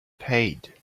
paid